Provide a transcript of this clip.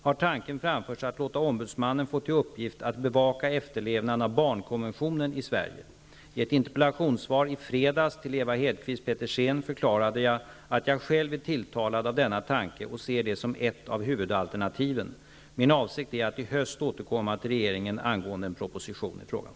har tanken framförts att låta ombudsmannen få till uppgift att bevaka efterlevnaden av barnkonventionen i Sverige. I ett interpellationssvar i fredags till Ewa Hedkvist Petersen förklarade jag att jag själv är tilltalad av denna tanke och ser det som ett av huvudalternativen. Min avsikt är att i höst återkomma till regeringen angående en proposition i frågan.